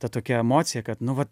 ta tokia emocija kad nu vat